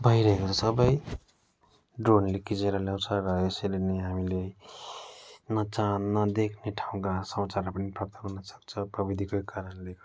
भइरहेको हुन्छ सबै ड्रोनले खिचेर ल्याउँछ र यसरी नै हामीले नचाह नदेख्ने ठाउँका समाचारहरू पनि प्राप्त गर्नु सक्छ प्रविधिकै कारणले गर्दा